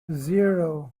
zero